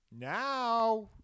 Now